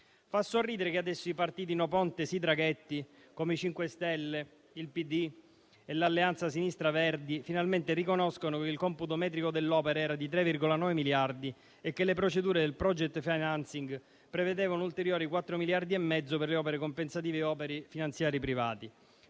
Fa sorridere che adesso i partiti «no Ponte-sì traghetti» come il MoVimento 5 Stelle, il PD e l'Alleanza Verdi e Sinistra, finalmente riconoscano che il computo metrico dell'opera era di 3,9 miliardi e che le procedure del *project financing* prevedevano ulteriori 4,5 miliardi per le opere compensative e opere finanziarie private,